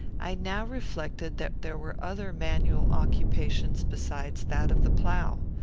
i now reflected that there were other manual occupations besides that of the plough.